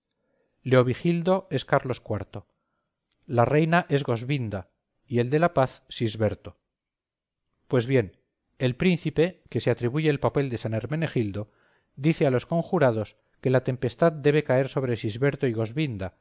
leovigildo es carlos iv la reina es goswinda y el de la paz sisberto pues bien el príncipe que se atribuye el papel de san hermenegildo dice a los con jurados que la tempestad debe caer sobre sisberto y